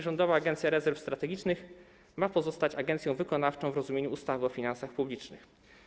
Rządowa Agencja Rezerw Strategicznych ma pozostać agencją wykonawczą w rozumieniu ustawy o finansach publicznych.